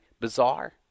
bizarre